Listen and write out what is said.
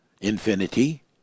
infinity